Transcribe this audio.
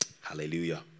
Hallelujah